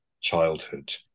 childhood